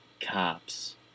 cops